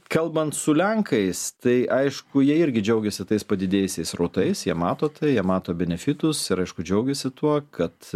kalbant su lenkais tai aišku jie irgi džiaugiasi tais padidėjusiais srautais jie mato tai jie mato benefitus ir aišku džiaugiasi tuo kad